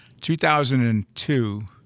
2002